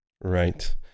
Right